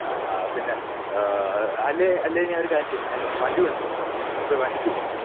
ആ ആ പിന്നെ അല്ലെങ്കിൽ അല്ലെങ്കിൽ ഞാനൊരു കാര്യം ചെയ്യാം ഞാൻ വണ്ടി കൊണ്ടുവരാം നമുക്ക് വണ്ടിക്ക് പോവാം